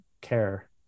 care